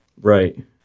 Right